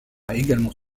également